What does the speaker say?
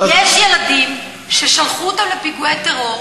יש ילדים ששלחו אותם לפיגועי טרור